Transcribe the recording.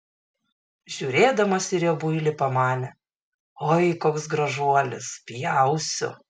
žiūrėdamas į riebuilį pamanė oi koks gražuolis pjausiu